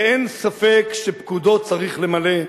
ואין ספק שפקודות צריך למלא.